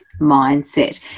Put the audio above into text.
mindset